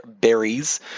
berries